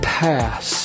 pass